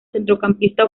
centrocampista